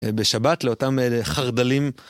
בשבת לאותם חרד״לים.